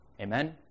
Amen